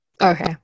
Okay